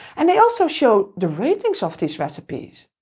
and they also show the ratings of these recipes,